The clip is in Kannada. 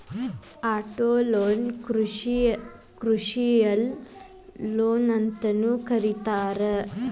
ಆಟೊಲೊನ್ನ ಕಮರ್ಷಿಯಲ್ ಲೊನ್ಅಂತನೂ ಕರೇತಾರ